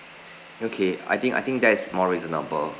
okay I think I think that is more reasonable